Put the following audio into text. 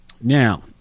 Now